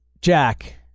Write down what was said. Jack